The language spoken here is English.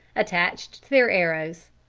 attached to their arrows.